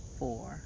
four